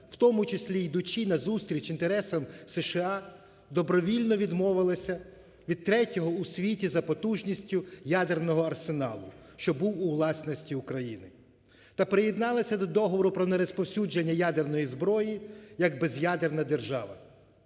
в тому числі, йдучи назустріч інтересам США, добровільно відмовилася від третього у світі за потужністю ядерного арсеналу, що був у власності України, та приєдналася до Договору про нерозповсюдження ядерної зброї як без'ядерна держава.